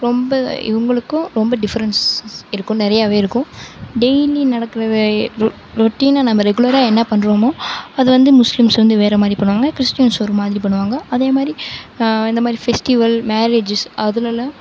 ரொம்ப இவங்களுக்கும் ரொம்ப டிஃபரன்ட்ஸ் இருக்கும் நிறையாவே இருக்கும் டெய்லி நடக்கிற ரொட்டினா நம்ப ரெகுலராக என்ன பண்ணுறோமோ அதை வந்து முஸ்லீம்ஸ் வந்து வேறு மாதிரி பண்ணுவாங்கன்னா கிறிஸ்டீன்ஸ் ஒரு மாதிரி பண்ணுவாங்க அதே மாதிரி இந்த மாதிரி ஃபெஸ்ட்டிவல் மேரேஜஸ் அதுலலாம்